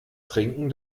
trinken